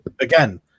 again